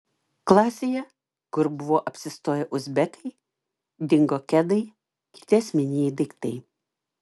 klasėje kur buvo apsistoję uzbekai dingo kedai kiti asmeniniai daiktai